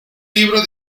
libro